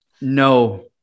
No